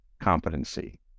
competency